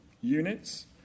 units